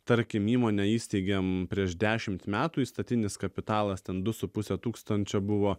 tarkim įmonę įsteigėm prieš dešimt metų įstatinis kapitalas ten du su puse tūkstančio buvo